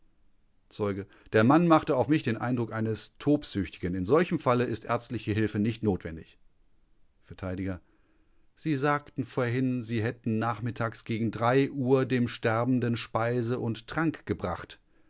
zeuge der mann machte auf mich den eindruck eines tobsüchtigen in solchem falle ist ärztliche hilfe nicht notwendig vert sie sagten vorhin sie hätten nachmittags gegen uhr dem sterbenden speise und trank gebracht